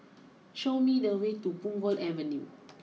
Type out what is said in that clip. show me the way to Punggol Avenue